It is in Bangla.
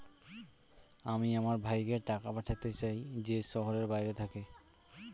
আমি আমার ভাইকে টাকা পাঠাতে চাই যে শহরের বাইরে থাকে